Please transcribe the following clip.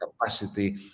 capacity